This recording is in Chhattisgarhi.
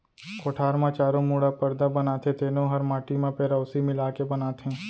कोठार म चारों मुड़ा परदा बनाथे तेनो हर माटी म पेरौसी मिला के बनाथें